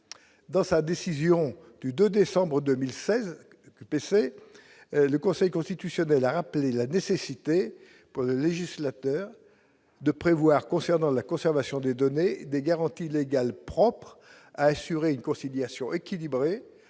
dans sa décision du donner chambre 2016 PC le Conseil constitutionnel a rappelé la nécessité pour le législateur de prévoir concernant la conservation des données des garanties légales propres à assurer une conciliation équilibrée